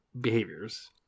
behaviors